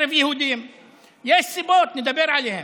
יש סיבות, נדבר עליהן.